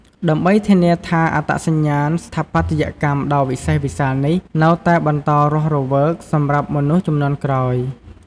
ដើម្បីធានាថាអត្តសញ្ញាណស្ថាបត្យកម្មដ៏វិសេសវិសាលនេះ នៅតែបន្តរស់រវើកសម្រាប់មនុស្សជំនាន់ក្រោយ។